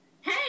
Hey